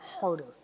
harder